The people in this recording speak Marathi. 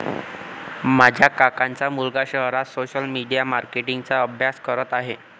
माझ्या काकांचा मुलगा शहरात सोशल मीडिया मार्केटिंग चा अभ्यास करत आहे